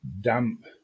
damp